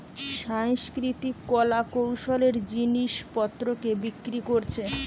সাংস্কৃতিক কলা কৌশলের জিনিস পত্রকে বিক্রি কোরছে